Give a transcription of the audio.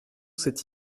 cette